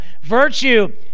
Virtue